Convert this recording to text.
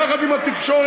יחד עם התקשורת,